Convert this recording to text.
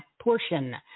portion